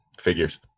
figures